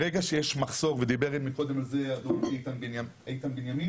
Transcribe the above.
ברגע שיש מחסור, ודיבר על זה איתן בנימין,